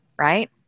right